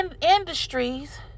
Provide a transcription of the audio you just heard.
industries